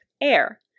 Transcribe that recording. air